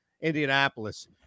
Indianapolis